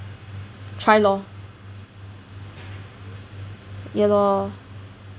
try lor ya lor